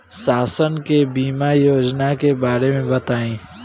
शासन के बीमा योजना के बारे में बताईं?